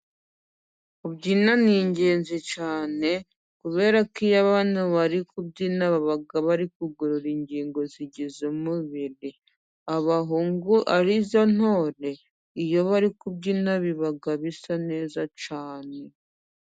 Kubyina ni ingenzi cyane， kubera ko iyo abantu bari kubyina baba bari kugorora ingingo zigize umubiri. Abahungu ari zo ntore， iyo bari kubyina biba bisa neza cyane.